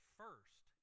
first